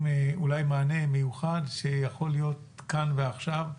אולי מענה מיוחד שיכול להיות כאן ועכשיו.